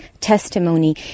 testimony